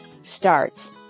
starts